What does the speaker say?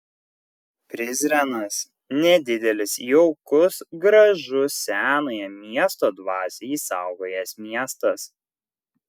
prizrenas nedidelis jaukus gražus senąją miesto dvasią išsaugojęs miestas